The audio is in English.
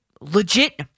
legit